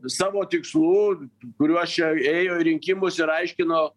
savo tikslų kuriuos čia ėjo į rinkimus ir aiškino